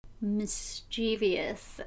mischievous